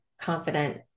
confident